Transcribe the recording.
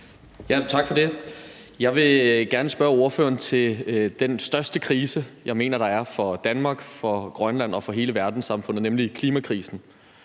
Tak for det. Jeg vil gerne spørge ordføreren til den største krise, jeg mener der er for Danmark, for Grønland og for hele verdenssamfundet, nemlig klimakrisen,